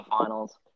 finals